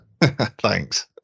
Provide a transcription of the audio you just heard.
Thanks